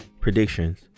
predictions